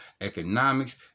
economics